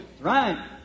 Right